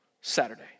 Saturday